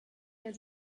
der